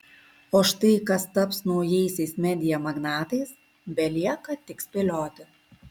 o štai kas taps naujaisiais media magnatais belieka tik spėlioti